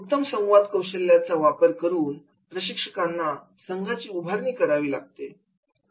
उत्तम संवाद कौशल्याचा वापर करून प्रशिक्षकांना संघाची उभारणी करावी लागते